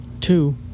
two